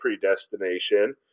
predestination